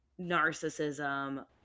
narcissism